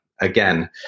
again